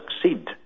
succeed